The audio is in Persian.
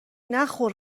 نخور